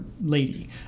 lady